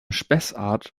spessart